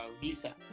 visa